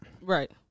Right